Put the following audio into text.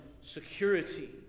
security